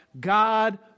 God